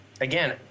again –